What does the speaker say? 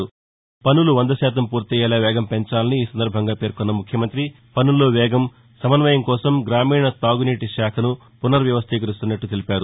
భగీరథ పనులు వంద శాతం పూర్తయ్యేలా వేగం పెంచాలని ఈ సందర్భంగా పేర్కొన్న ముఖ్యమంతి పనుల్లో వేగం సమన్వయం కోసం గ్రామీణ తాగునీటిశాఖను పునర్వ్యవస్టీకరిస్తున్నట్టు తెలిపారు